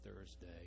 Thursday